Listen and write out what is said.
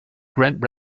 grand